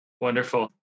Wonderful